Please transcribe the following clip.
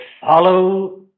follow